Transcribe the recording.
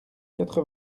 quatre